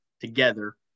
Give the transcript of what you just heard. together